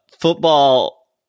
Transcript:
football